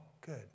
good